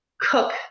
cook